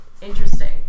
interesting